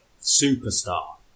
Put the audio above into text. superstar